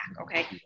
Okay